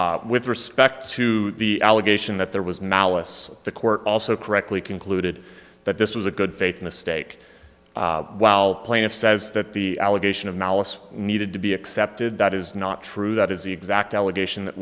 with respect to the allegation that there was malice the court also correctly concluded that this was a good faith mistake while plaintiff says that the allegation of malice needed to be accepted that is not true that is the exact allegation that